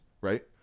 right